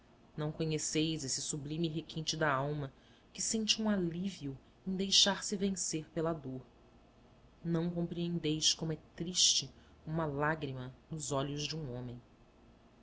não conheceis esse sublime requinte da alma que sente um alívio em deixar-se vencer pela dor não compreendeis como é triste uma lágrima nos olhos de um homem